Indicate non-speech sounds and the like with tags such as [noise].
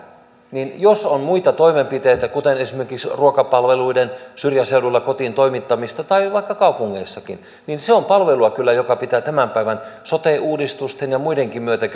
niin jos on muita toimenpiteitä kuten esimerkiksi ruokapalveluiden kotiin toimittamista syrjäseudulla tai vaikka kaupungeissakin niin se on kyllä palvelua joka pitää tämän päivän sote uudistusten ja muidenkin myötä [unintelligible]